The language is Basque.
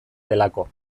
delako